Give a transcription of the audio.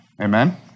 amen